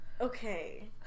Okay